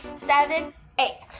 seven eight.